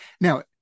Now